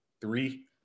three